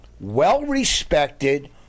well-respected